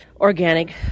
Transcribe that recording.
Organic